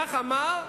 כך אמר,